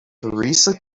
theresa